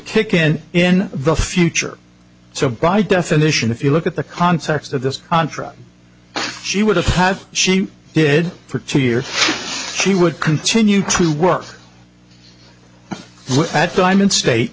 kick in in the future so by definition if you look at the context of this contract she would have had she did for two years she would continue to work at the time in state